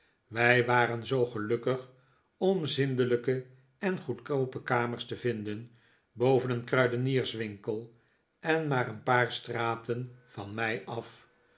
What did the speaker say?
wij waren zoo gelukkig om zindelijke en goedkoope kamers te vinden boven een kruidenierswinkel en maar een paar straten van mij af